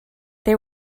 they